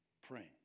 praying